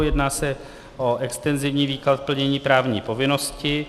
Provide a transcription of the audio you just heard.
Jedná se o extenzivní výklad plnění právní povinnosti.